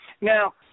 Now